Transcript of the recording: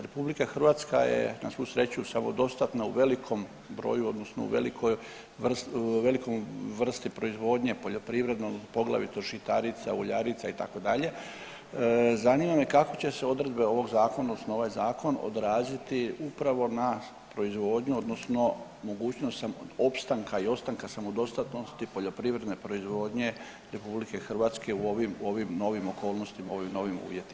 RH je na svu sreću samodostatna u velikom broju odnosno u velikoj vrsti proizvodnje poljoprivredne poglavito žitarica, uljarica itd., zanima me kako će se odredbe ovog zakona odnosno ovaj zakon odraziti upravo na proizvodnju odnosno mogućnost samoopstanka i ostanka samodostatnosti poljoprivredne proizvodnje RH u ovim novim okolnostima, u ovim novim uvjetima?